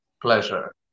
pleasure